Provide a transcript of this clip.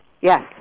yes